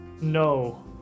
no